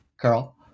Carl